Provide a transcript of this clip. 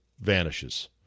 vanishes